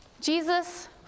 Jesus